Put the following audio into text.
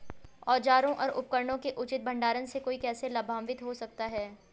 औजारों और उपकरणों के उचित भंडारण से कोई कैसे लाभान्वित हो सकता है?